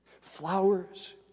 Flowers